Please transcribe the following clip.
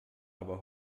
aber